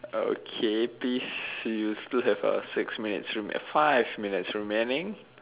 okay please you still have uh six minutes remaining five minutes remaining